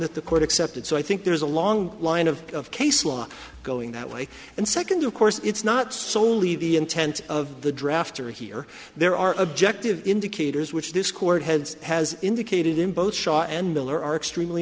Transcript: that the court accepted so i think there's a long line of of case law going that way and second of course it's not soley the intent of the drafter here there are objective indicators which this court heads has indicated in both shaw and miller are extremely